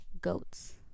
goats